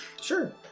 Sure